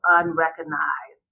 unrecognized